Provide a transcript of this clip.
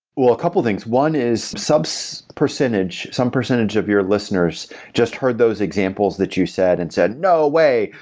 well, a couple things one is some so percentage some percentage of your listeners just heard those examples that you said and said, no way.